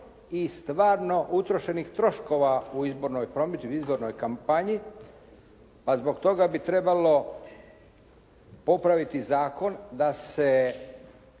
i stvarno utrošenih troškova u izbornoj promidžbi, u izbornoj kampanji, a zbog toga bi trebalo popraviti zakon da se